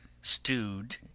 Stewed